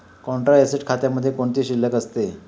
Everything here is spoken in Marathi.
कॉन्ट्रा ऍसेट खात्यामध्ये कोणती शिल्लक असते?